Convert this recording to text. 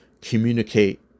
communicate